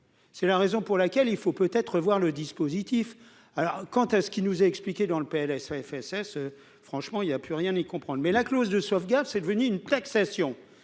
c'est la raison pour laquelle il faut peut être voir le dispositif alors quand est-ce qu'il nous a expliqué dans le PLFSS franchement il y a plus rien y comprendre, mais la clause de sauvegarde, c'est devenu une taxation